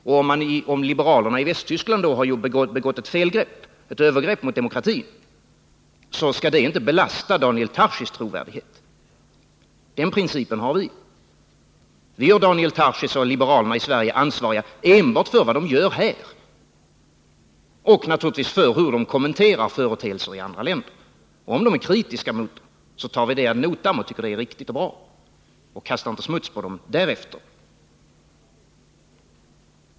Om liberalerna i Västtyskland har begått ett övergrepp mot demokratin, så skall det inte belasta Daniel Tarschys trovärdighet. Den principen har vi. Vi gör Daniel Tarschys och liberalerna i Sverige ansvariga enbart för vad de gör här — och naturligtvis för hur de kommenterar företeelser i andra länder. Om de är kritiska, så tar vi det ad notam och tycker att det är riktigt och bra, och vi kastar inte smuts på dem därefter.